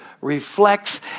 reflects